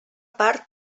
part